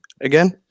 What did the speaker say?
again